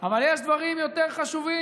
אבל יש דברים יותר חשובים,